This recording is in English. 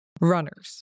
Runners